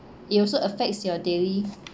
it'll also affects your daily